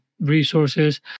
resources